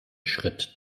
schritt